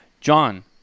John